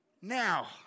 Now